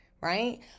right